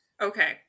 Okay